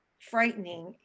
frightening